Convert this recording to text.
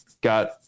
got